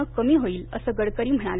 नं कमी होईल असं गडकरी म्हणाले